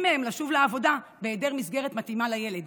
מהם לשוב לעבודה בהיעדר מסגרת מתאימה לילד.